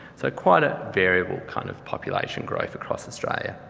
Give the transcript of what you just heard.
so, quite a variable kind of population growth across australia.